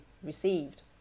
received